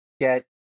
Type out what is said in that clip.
get